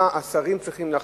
מה השרים צריכים להחליט,